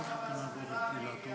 אבל הוא חטף